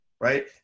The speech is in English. Right